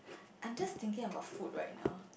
I'm just thinking about food right now